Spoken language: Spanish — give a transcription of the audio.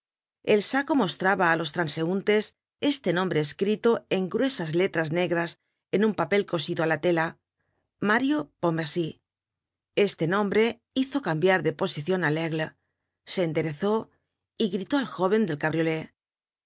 el saco mostraba á los transeuntes este nombre escrito en gruesas letras negras en un papel cosido á la tela mario pontmercy content from google book search generated at este nombre hizo cambiar de posicion á laigle se enderezó y gritó al jóven del cabriolé